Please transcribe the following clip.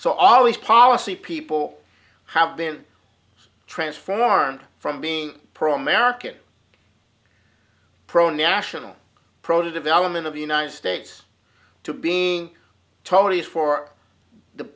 so always policy people have been transformed from being pro american pro national pro development of the united states to being told he is for the